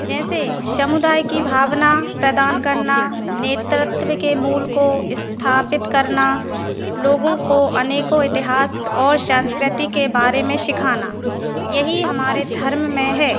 जैसे समुदाय की भावना प्रदान करना नेतृत्व के मूल को स्थापित करना लोगों को अनेकों इतिहास और संस्कृति के बारे में सिखाना यही हमारे धर्म में है